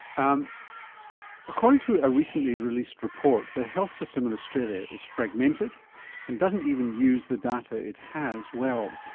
um according to a recently released report, the health system in australia is fragmented and doesn't even use the data it has well.